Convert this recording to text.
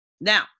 Now